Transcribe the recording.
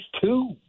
two